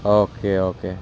okay okay